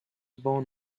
born